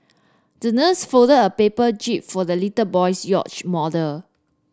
the nurse folded a paper jib for the little boy's yacht model